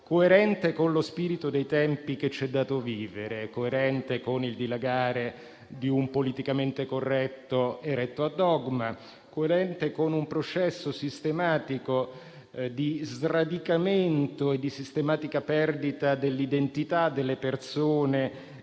coerente con lo spirito dei tempi che ci è dato vivere. Coerente con il dilagare di un politicamente corretto eretto a dogma e con un processo sistematico di sradicamento e di sistematica perdita dell'identità delle persone